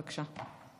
בבקשה.